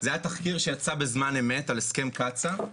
זה היה תחקיר שיצא בזמן אמת על הסכם קצא"א.